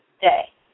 day